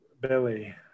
Billy